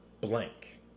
Blank